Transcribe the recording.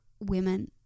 women